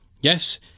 Yes